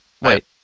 Wait